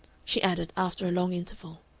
she added, after a long interval,